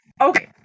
okay